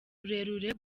rurerure